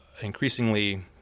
increasingly